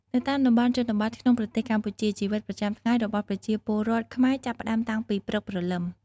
នៅតាមតំបន់ជនបទក្នុងប្រទេសកម្ពុជា ជីវិតប្រចាំថ្ងៃរបស់ប្រជាពលរដ្ឋខ្មែរចាប់ផ្ដើមតាំងពីព្រឹកព្រលឹម។